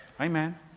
Amen